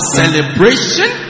celebration